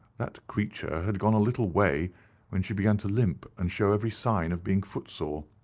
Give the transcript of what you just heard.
that creature had gone a little way when she began to limp and show every sign of being foot-sore.